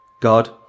God